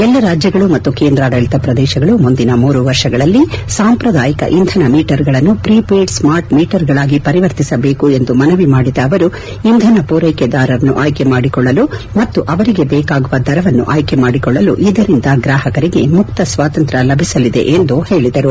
ಎಲ್ಲಾ ರಾಜ್ಯಗಳು ಮತ್ತು ಕೇಂದಾಡಳತ ಪ್ರದೇಶಗಳು ಮುಂದಿನ ಮೂರು ವರ್ಷಗಳಲ್ಲಿ ಸಾಂಪ್ರದಾಯಿಕ ಇಂಧನ ಮೀಟರ್ಗಳನ್ನು ಪ್ರೀಪೇಯ್ಲ್ ಸ್ನಾರ್ಟ್ ಮೀಟರ್ಗಳಾಗಿ ಪರಿವರ್ತಿಸಬೇಕು ಎಂದು ಮನವಿ ಮಾಡಿದ ಅವರು ಇಂಧನ ಪೂರೈಕೆದಾರರನ್ನು ಆಯ್ಲಿ ಮಾಡಿಕೊಳ್ಲಲು ಮತ್ತು ಅವರಿಗೆ ಬೇಕಾಗುವ ದರವನ್ನು ಆಯ್ಲಿ ಮಾಡಿಕೊಳ್ಳಲು ಇದರಿಂದ ಗ್ರಾಹಕರಿಗೆ ಮುಕ್ತ ಸ್ನಾತಂತ್ರ ಲಭಿಸಲಿದೆ ಎಂದು ಹೇಳದರು